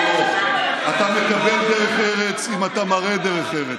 אתה מקבל דרך ארץ אם אתה מראה דרך ארץ.